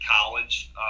college